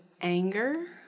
anger